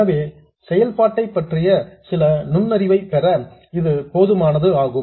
எனவே செயல்பாட்டை பற்றிய சில நுண்ணறிவை பெற இது போதுமானது ஆகும்